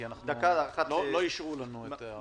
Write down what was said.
כי לא אישרו לנו להאריך.